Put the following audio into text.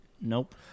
Nope